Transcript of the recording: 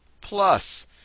plus